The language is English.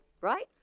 right